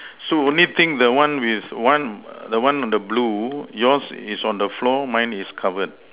so only thing the one with one the one on the blue yours is on the floor mine is covered